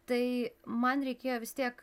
tai man reikėjo vis tiek